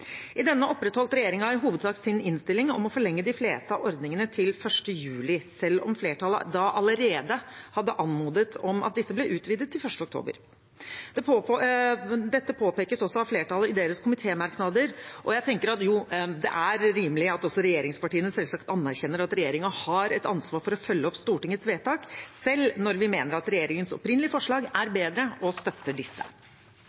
I denne opprettholdt regjeringen i hovedsak sin innstilling om å forlenge de fleste av ordningene til 1. juli, selv om flertallet da allerede hadde anmodet om at disse ble utvidet til 1. oktober. Dette påpekes også av flertallet i deres komitémerknader. Jeg tenker at jo, det er rimelig at også regjeringspartiene selvsagt anerkjenner at regjeringen har et ansvar for å følge opp Stortingets vedtak, selv når vi mener at regjeringens opprinnelige forslag er